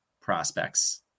prospects